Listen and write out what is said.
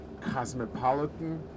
cosmopolitan